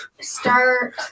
start